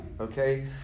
okay